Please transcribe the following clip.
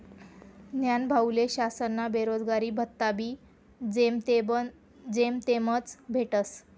न्हानभाऊले शासनना बेरोजगारी भत्ताबी जेमतेमच भेटस